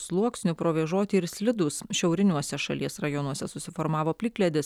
sluoksniu provėžoti ir slidūs šiauriniuose šalies rajonuose susiformavo plikledis